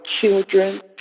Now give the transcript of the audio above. children